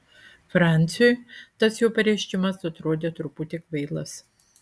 franciui tas jo pareiškimas atrodė truputį kvailas